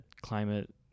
climate